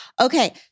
Okay